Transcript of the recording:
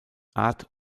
art